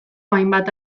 hainbat